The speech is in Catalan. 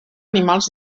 animals